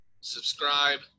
Subscribe